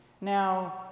now